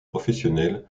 professionnelle